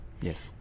yes